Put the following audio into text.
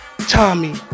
Tommy